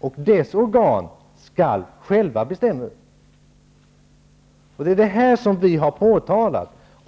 och dess organ själva skall bestämma över. Det är detta som vi har påtalat.